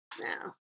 Now